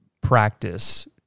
practice